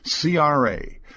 CRA